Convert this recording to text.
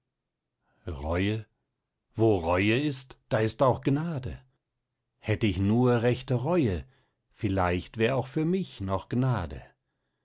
reue wo reue ist da ist auch gnade hätt ich nur rechte reue vielleicht wär auch für mich noch gnade